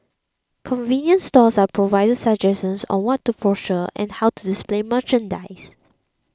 convenience stores are provided suggestions on what to procure and how to display merchandise